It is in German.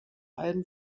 allem